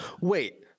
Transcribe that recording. Wait